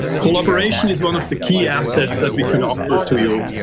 collaboration is one of the key assets that we can offer to you.